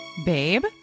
babe